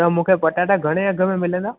त मूंखे पटाटा घणे अघि में मिलंदा